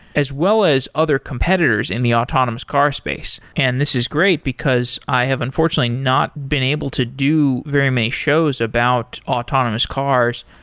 as well as other competitors in the autonomous car space and this is great, because i have unfortunately not been able to do very many shows about autonomous cars.